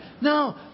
No